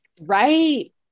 right